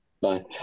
Bye